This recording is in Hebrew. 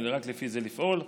ורק לפי זה לפעול.